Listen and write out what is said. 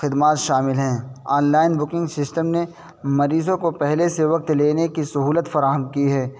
خدمات شامل ہیں آن لائن بکنگ سسٹم نے مریضوں کو پہلے سے وقت لینے کی سہولت فراہم کی ہے